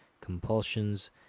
compulsions